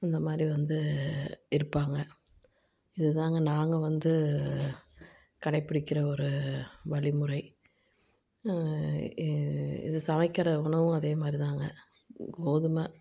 இந்த மாதிரி வந்து இருப்பாங்க இதுதாங்க நாங்கள் வந்து கடைப்பிடிக்கிற ஒரு வழிமுறை இது சமைக்கிற உணவும் அதே மாதிரிதாங்க கோதுமை